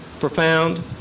profound